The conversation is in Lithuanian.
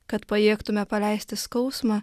kad pajėgtume paleisti skausmą